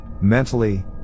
mentally